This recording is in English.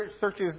searches